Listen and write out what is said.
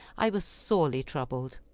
i was sorely troubled.